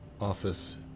office